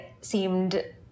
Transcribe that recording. seemed